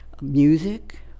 music